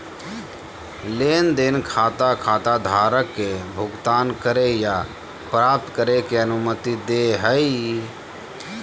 लेन देन खाता खाताधारक के भुगतान करे या प्राप्त करे के अनुमति दे हइ